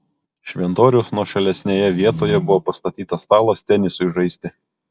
šventoriaus nuošalesnėje vietoje buvo pastatytas stalas tenisui žaisti